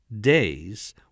days